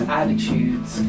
attitudes